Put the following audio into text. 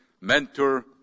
mentor